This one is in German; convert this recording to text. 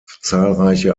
zahlreiche